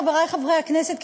חברי חברי הכנסת,